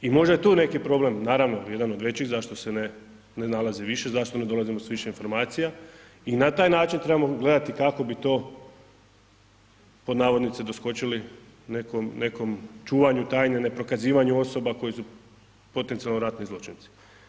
I možda je tu neki problem, naravno jedan od većih zašto se ne nalazi više, zašto ne dolazimo s više informacija i na taj način trebamo gledati kako bi to pod navodnicima doskočili nekom, nekom čuvaju tajne, ne prokazivanju osoba koje su potencijalno ratni zločinci.